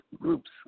groups